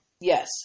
yes